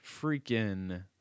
freaking